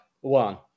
one